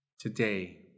today